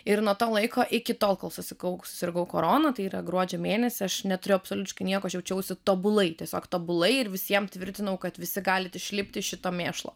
ir nuo to laiko iki tol kol susikau susirgau korona tai yra gruodžio mėnesį aš neturėjau absoliutiškai nieko aš jaučiausi tobulai tiesiog tobulai ir visiem tvirtinau kad visi galit išlipti iš šito mėšlo